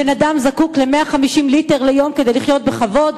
בן-אדם זקוק ל-150 ליטר ליום כדי לחיות בכבוד,